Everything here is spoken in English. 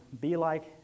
be-like